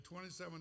$27